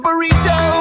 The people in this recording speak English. Burrito